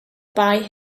buy